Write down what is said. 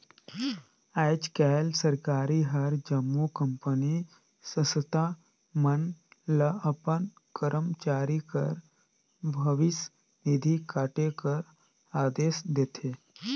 आएज काएल सरकार हर जम्मो कंपनी, संस्था मन ल अपन करमचारी कर भविस निधि काटे कर अदेस देथे